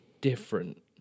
different